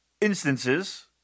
instances